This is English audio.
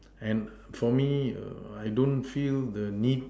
and for me err I don't feel the need